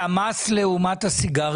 מה עם המס לעומת הסיגריות?